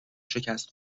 شکست